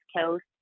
coast